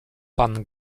pan